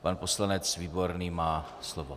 Pan poslanec Výborný má slovo.